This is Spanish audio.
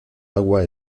agua